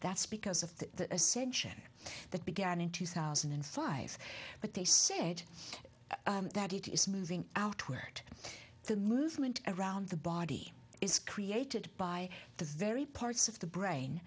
that's because of the ascension that began in two thousand and five but they said that it is moving outward the movement around the body is created by the very parts of the brain